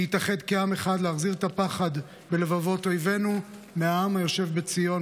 להתאחד כעם אחד ולהחזיר את הפחד בלבבות אויבינו מהעם היושב בציון,